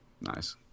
Nice